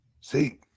See